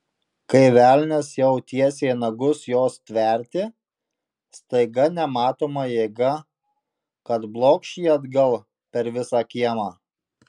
kai velnias jau tiesė nagus jos stverti staiga nematoma jėga kad blokš jį atgal per visą kiemą